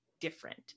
different